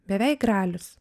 beveik gralis